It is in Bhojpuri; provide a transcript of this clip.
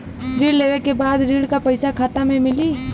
ऋण लेवे के बाद ऋण का पैसा खाता में मिली?